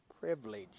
privilege